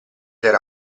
era